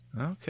Okay